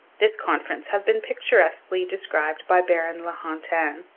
this conference has been picturesquely described by baron la hontan,